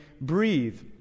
breathe